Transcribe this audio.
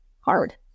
hard